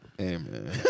Amen